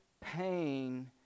pain